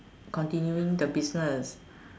continuing the business